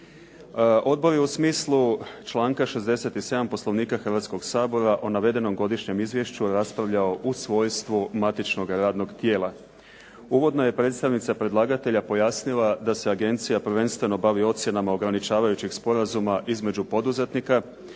Odbor je u smislu članka 67. Poslovnika Hrvatskog sabora o navedenom godišnjem izvješću raspravljao u svojstvu matičnoga radnog tijela. Uvodna je predstavnica predlagatelja pojasnila da se agencija prvenstveno bavi ocjenama ograničavajućeg sporazuma između poduzetnika,